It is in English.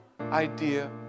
idea